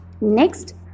Next